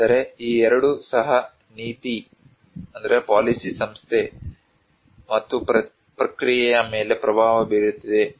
ಆದರೆ ಈ ಎರಡು ಸಹ ನೀತಿ ಸಂಸ್ಥೆ ಮತ್ತು ಪ್ರಕ್ರಿಯೆಯ ಮೇಲೆ ಪ್ರಭಾವ ಬೀರುತ್ತಿವೆ